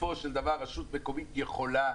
בסופו של דבר, רשות מקומית יכולה,